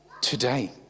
Today